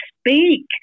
speak